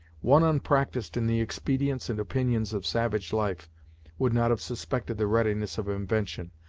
one unpracticed in the expedients and opinions of savage life would not have suspected the readiness of invention,